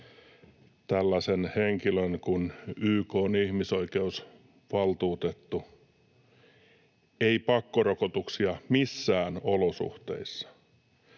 tällaisen henkilön kuin YK:n ihmisoikeusvaltuutettu: ”Ei pakkorokotuksia missään olosuhteissa.